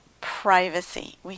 privacy